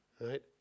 Right